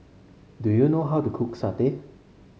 do you know how to cook satay